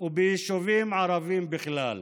וביישובים ערביים בכלל.